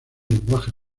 lenguaje